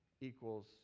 equals